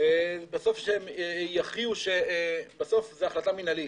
בסוף זה החלטה מינהלית.